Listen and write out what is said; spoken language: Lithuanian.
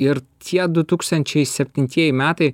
ir ir tie du tūkstančiai septintieji metai